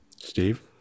Steve